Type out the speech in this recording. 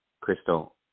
Crystal